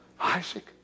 Isaac